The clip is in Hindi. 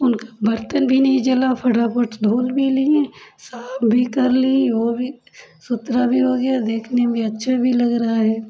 उनका बर्तन भी नहीं जला फटाफट धुल भी लिए साफ भी कर लीं ओ भी सुथरा भी हो गया देखने में भी अच्छा भी लग रहा है